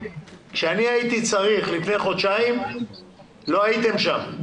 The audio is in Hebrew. כשהייתי צריך לפני חודשיים, לא הייתם שם.